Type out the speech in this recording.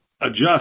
adjust